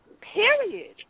period